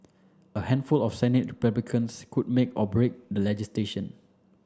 a handful of Senate Republicans could make or break the legislation